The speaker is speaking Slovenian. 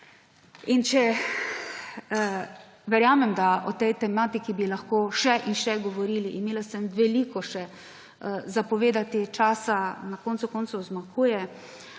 Verjamem, da o tej tematiki bi lahko še in še govorili. Imela sem veliko še za povedati, časa na koncu koncev zmanjkuje,